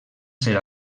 ser